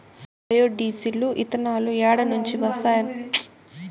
bio diesel, ఇతనాలు ఏడ నుంచి వస్తాయనుకొంటివి, సెట్టుల్నుంచే ఎరకనా